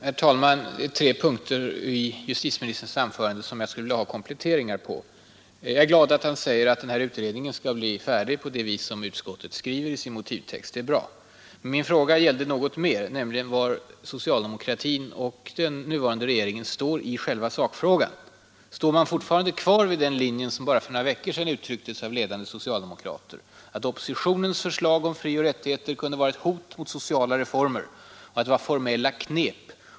Herr talman! På tre punkter i justitieministerns anförande skulle jag vilja ha kompletteringar. Jag är glad att justitieministern sade att denna utredning skall bli färdig på det sätt som utskottet skriver i sin motivtext. Det är bra. Men min fråga gällde något mer, nämligen var socialdemokratin och den nuvarande regeringen står i själva sakfrågan. Håller man fortfarande fast vid den linje som för bara några veckor sedan uttrycktes av ledande socialdemokrater, att oppositionens förslag om frioch rättigheter kunde vara ett hot mot sociala reformer och att det var ”formella knep”?